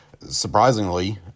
surprisingly